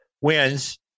wins